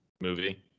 movie